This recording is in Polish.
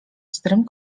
pstrym